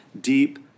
deep